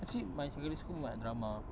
actually my secondary school like drama